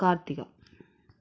Karthika